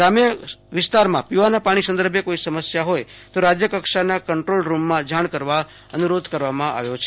ગ્રામ્ય વિસ્તાર માટે પીવાના પાણી સંદર્ભે કોઈ સમસ્યા હોય તો રાજ્ય કક્ષાના કન્ટ્રોલ રૂમમાં જાણ કરવા અનુરોધ કરાયો છે